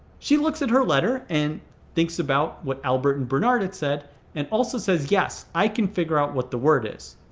she looks at her letter and thinks about what albert and bernard said and also says, yes, i can figure out what the word is.